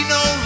no